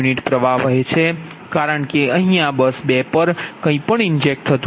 u પ્ર્વાહ છે કારણ કે અહીં કંઇપણ ઇન્જેક્ટેડ નથી